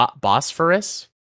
Bosphorus